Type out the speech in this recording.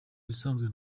bisanzwe